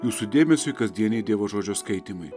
jūsų dėmesiui kasdieniai dievo žodžio skaitymai